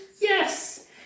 Yes